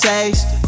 Taste